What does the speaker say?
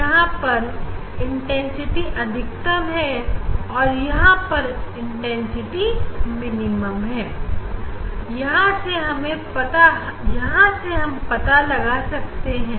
यहां पर इंटेंसिटी अधिकतम है और यहां पर इंटेंसिटी मिनिमम है यहां से हम पता लगा सकते हैं